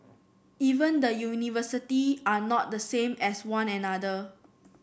even the university are not the same as one another